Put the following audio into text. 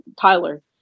Tyler